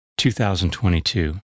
2022